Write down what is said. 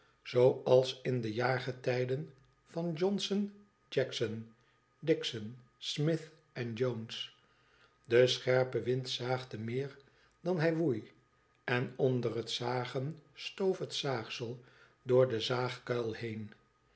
zooals in de jaargetijden van johnson jackson dickson smith en jones de scherpe wind zaagde meer dan hij woei en onder het zagen stoof het zaagsel door den zaagkuil heen